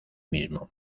mismo